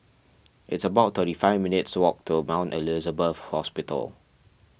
it's about thirty five minutes' walk to Mount Elizabeth Hospital